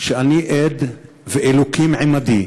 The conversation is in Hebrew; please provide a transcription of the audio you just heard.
שאני עד, ואלוקים עמדי,